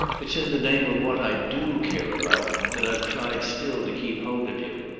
it's in the name of what i do care about that i've tried still to keep hold of you.